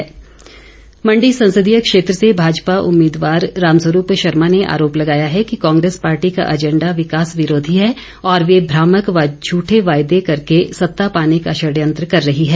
रामस्वरूप मंडी संसदीय क्षेत्र से भाजपा उम्मीदवार रामस्वरूप शर्मा ने आरोप लगाया है कि कांग्रेस पार्टी का एजैंडा विकास विरोधी है और वे भ्रामक व झूठे वायदे करने सत्ता पाने का षडयंत्र कर रही है